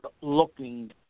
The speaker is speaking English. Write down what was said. looking